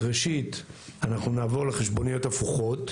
ראשית, אנחנו נעבור לחשבוניות הפוכות,